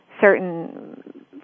certain